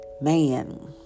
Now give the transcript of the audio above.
man